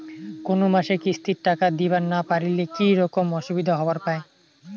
কোনো মাসে কিস্তির টাকা দিবার না পারিলে কি রকম অসুবিধা হবার পায়?